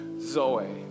Zoe